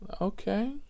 Okay